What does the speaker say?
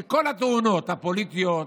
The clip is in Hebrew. וכל התאונות הפוליטיות,